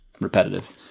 repetitive –